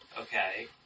okay